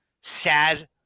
sad